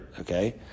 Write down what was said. okay